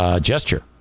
gesture